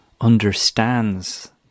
understands